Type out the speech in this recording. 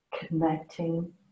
connecting